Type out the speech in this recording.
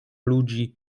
ludzi